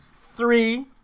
three